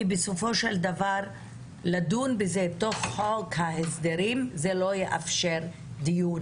כי לדון בזה במסגרת חוק ההסדרים לא יאפשר דיון